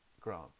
grant